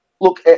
Look